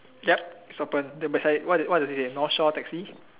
yup is open then beside what what does it say north shore taxi